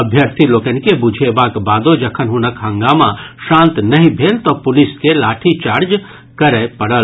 अभ्यर्थी लोकनि के बुझेबाक बादो जखन हुनक हंगामा शांत नहि भेल तऽ पुलिस के लाठी चार्ज करय पड़ल